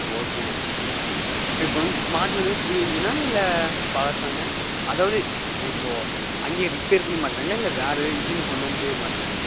ஓகேங்க இப்போது வந்து மாட்டினது புது இன்ஜினா இல்லை பழசாங்க அதாவது இப்போது அங்கே ரிப்பேர் பண்ணி மாட்டினாங்களா இல்லை வேறு இன்ஜின்னு கொண்டு வந்து மாட்டினாங்களா